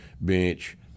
bench